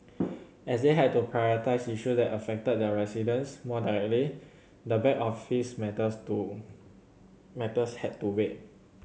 as they had to prioritise issue that affected their residents more directly the back office matters do matters had to wait